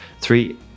three